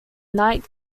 knight